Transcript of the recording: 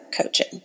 coaching